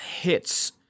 hits